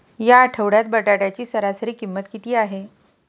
या आठवड्यात बटाट्याची सरासरी किंमत किती आहे?